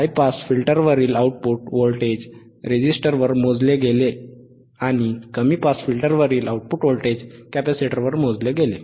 हाय pass फिल्टरवरील output voltage रेझिस्टरवर मोजले गेले आणि कमी पास फिल्टरवरील आउटपुट व्होल्टेज कॅपेसिटरवर मोजले गेले